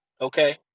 okay